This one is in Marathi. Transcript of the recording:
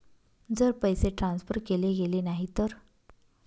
जर पैसे ट्रान्सफर केले गेले नाही तर?